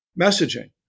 messaging